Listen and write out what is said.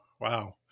Wow